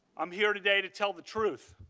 um here today to tell the truth.